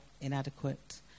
inadequate